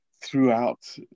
throughout